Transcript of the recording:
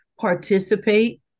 participate